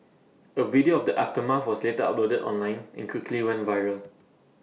A video of the aftermath was later uploaded online and quickly went viral